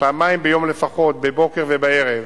פעמיים ביום לפחות, בבוקר ובערב,